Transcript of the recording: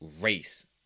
race